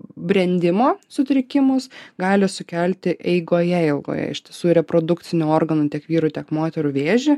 brendimo sutrikimus gali sukelti eigoje ilgoje iš tiesų reprodukcinių organų tiek vyrų tiek moterų vėžį